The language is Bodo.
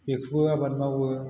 बेखौबो आबाद मावो